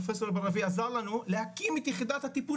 פרופסור בר לביא עזר לנו להקים את יחידת הטיפול